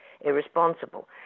irresponsible